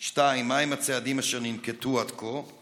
2. מהם הצעדים אשר ננקטו עד כה?